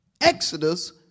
Exodus